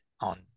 on